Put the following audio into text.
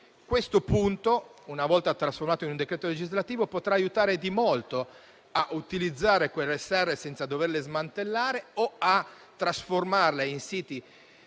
Questo punto, una volta trasformato in un decreto legislativo, potrà aiutare molto a utilizzare quelle serre senza doverle smantellare o a trasformarle in siti